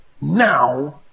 now